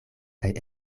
kaj